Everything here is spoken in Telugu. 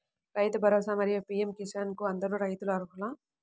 రైతు భరోసా, మరియు పీ.ఎం కిసాన్ కు అందరు రైతులు అర్హులా?